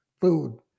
food